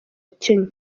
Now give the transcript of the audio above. kenya